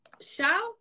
Shout